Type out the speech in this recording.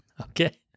Okay